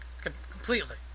Completely